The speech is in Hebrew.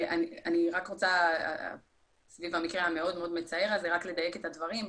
אני רק רוצה סביב המקרה המאוד-מאוד מצער הזה לדייק את הדברים,